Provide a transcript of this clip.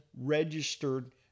registered